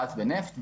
גז ונפט.